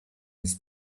his